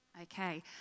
Okay